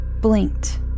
blinked